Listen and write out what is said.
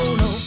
no